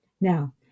Now